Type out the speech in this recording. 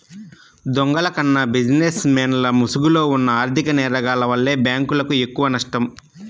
దొంగల కన్నా బిజినెస్ మెన్ల ముసుగులో ఉన్న ఆర్ధిక నేరగాల్ల వల్లే బ్యేంకులకు ఎక్కువనష్టం